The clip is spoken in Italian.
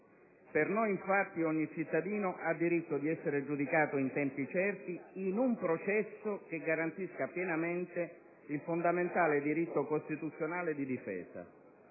Per noi, infatti, ogni cittadino ha diritto di essere giudicato in tempi certi, in un processo che garantisca pienamente il fondamentale diritto costituzionale di difesa.